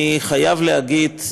אני חייב להגיד,